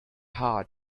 hard